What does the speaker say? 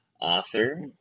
author